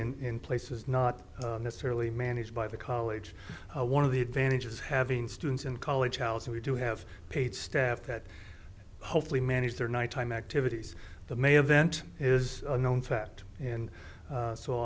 living in places not necessarily managed by the college one of the advantages having students in college housing we do have paid staff that hopefully manage their nighttime activities the may have bent is a known fact and